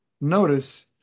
notice